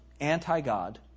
anti-God